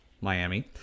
Miami